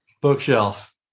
bookshelf